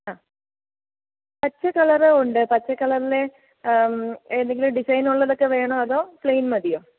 ആ പച്ച കളറ് ഉണ്ട് പച്ച കളറില് ഏതെങ്കിലും ഡിസൈൻ ഉള്ളതൊക്കെ വേണോ അതോ പ്ലെയിൻ മതിയോ